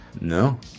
No